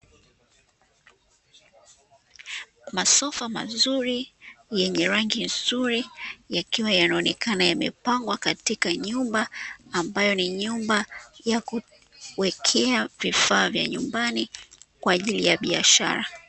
Masofa mazuri yenye rangi nzuri, yakiwa yanaonekana yamepangwa katika nyumba ambayo ni nyumba ya kuwekea vifaa vya nyumbani kwa ajili ya biashara.